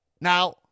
Now